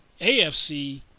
AFC